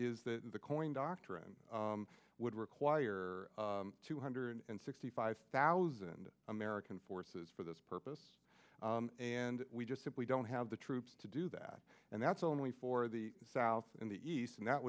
is that the coin doctrine would require two hundred and sixty five thousand american forces for this purpose and we just simply don't have the troops to do that and that's only for the south in the east and that